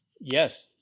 Yes